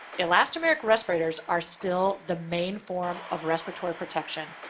elastomeric respirators are still the main form of respiratory protection.